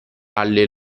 alle